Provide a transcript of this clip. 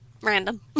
Random